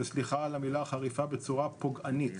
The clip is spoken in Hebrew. וסליחה על המילה החריפה, פוגענית.